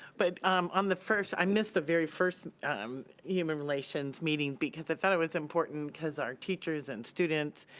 but um on the first, i missed the very first um human relations meeting because i thought it was important, cause our teachers and students,